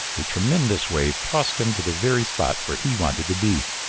a tremendous wave tossed him to the very spot where he wanted to be.